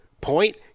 Point